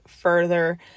further